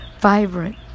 Vibrant